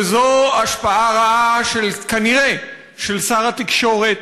וזו השפעה רעה, כנראה, של שר התקשורת,